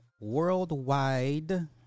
worldwide